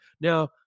Now